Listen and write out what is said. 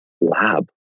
lab